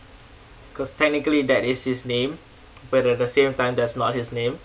because technically that is his name but at the same time that's not his name